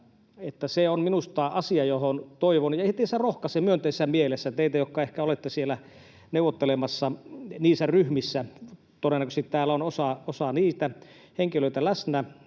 se on minusta asia, johon itse asiassa rohkaisen myönteisessä mielessä teitä, jotka ehkä olette neuvottelemassa niissä ryhmissä. Todennäköisesti täällä on osa niistä henkilöistä läsnä.